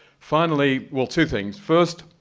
finally, well, two things, first,